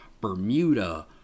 Bermuda